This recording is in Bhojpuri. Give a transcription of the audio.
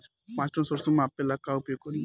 पाँच टन सरसो मापे ला का उपयोग करी?